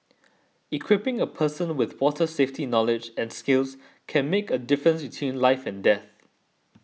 equipping a person with water safety knowledge and skills can make a difference between life and death